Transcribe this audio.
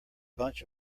bunch